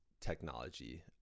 technology